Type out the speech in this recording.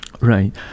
Right